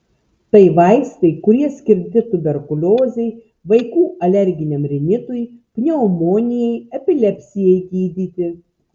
tai vaistai kurie skirti tuberkuliozei vaikų alerginiam rinitui pneumonijai epilepsijai gydyti